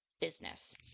business